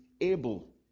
able